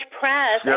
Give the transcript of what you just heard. press